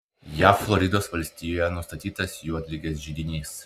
jav floridos valstijoje nustatytas juodligės židinys